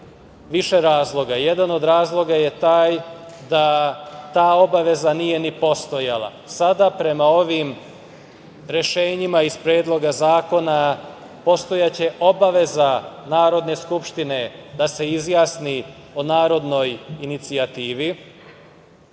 više razloga. Jedan od razloga je taj da ta obaveza nije ni postojala. Sada prema ovim rešenjima iz Predloga zakona postojaće obaveza Narodne skupštine da se izjasni o narodnoj inicijativi